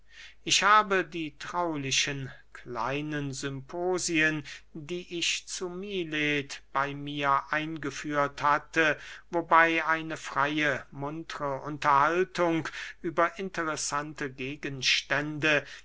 ich habe die traulichen kleinen symposien die ich zu milet bey mir eingeführt hatte wobey eine freye muntre unterhaltung über interessante gegenstände